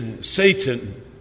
Satan